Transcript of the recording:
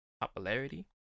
popularity